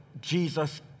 Jesus